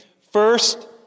First